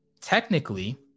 technically